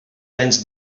anys